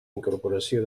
incorporació